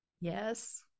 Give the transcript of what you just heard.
Yes